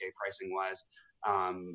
pricing-wise